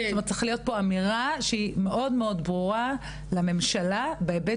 צריכה להיות פה אמירה שהיא מאוד מאוד ברורה לממשלה בהיבט